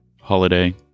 holiday